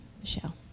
Michelle